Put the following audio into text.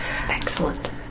Excellent